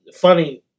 funny